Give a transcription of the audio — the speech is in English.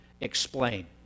explain